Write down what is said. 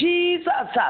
Jesus